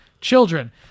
children